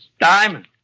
Diamond